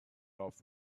off